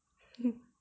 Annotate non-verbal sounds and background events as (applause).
(laughs)